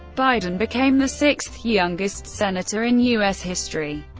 biden became the sixth-youngest senator in u s. history,